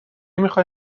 میخای